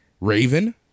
Raven